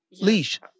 Leash